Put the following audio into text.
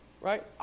Right